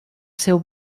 seu